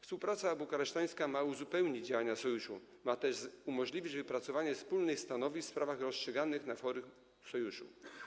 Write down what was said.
Współpraca bukaresztańska ma uzupełnić działania Sojuszu, ma też umożliwić wypracowanie wspólnych stanowisk w sprawach rozstrzyganych na forum Sojuszu.